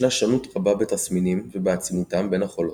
ישנה שונות רבה בתסמינים ובעצימותם בין החולות,